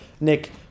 Nick